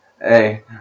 hey